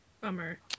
Bummer